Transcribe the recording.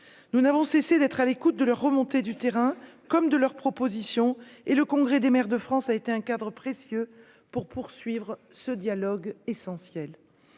nous n'avons cessé d'être à l'écoute de les remontées du terrain comme de leurs propositions et le congrès des maires de France, a été un cadre précieux pour poursuivre ce dialogue essentiel